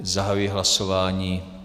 Zahajuji hlasování.